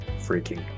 freaking